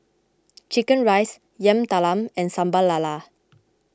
Chicken Rice Yam Talam and Sambal Lala